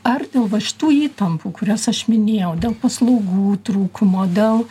ar dėl va šitų įtampų kurias aš minėjau dėl paslaugų trūkumo dėl